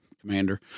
commander